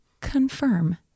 confirm